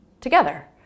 together